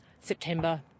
September